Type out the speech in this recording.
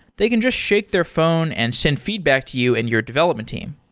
they can just shake their phone and send feedback to you and your development team.